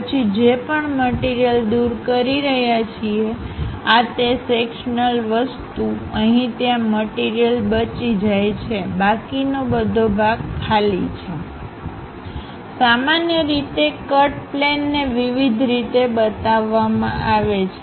પછી જે પણ મટીરીયલદૂર કરી રહ્યા છીએ આ તે સેક્શનલ વસ્તુઅહી ત્યાં મટીરીયલબચી જાય છે બાકીનો ભાગ ખાલી છે સામાન્ય રીતે કટ પ્લેન ને વિવિધ રીતે બતાવવામાં આવે છે